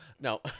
No